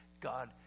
God